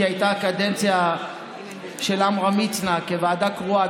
כי הייתה קדנציה של עמרם מצנע כוועדה קרואה,